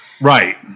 Right